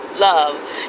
love